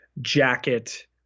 jacket